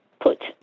put